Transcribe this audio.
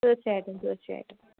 തീർച്ചയായിട്ടും തീർച്ചയായിട്ടും